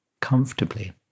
comfortably